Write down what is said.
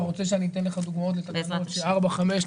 אתה רוצה שאציג לך דוגמאות לתקנות שממתינים להן ארבע וחמש שנים?